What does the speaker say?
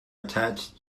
attached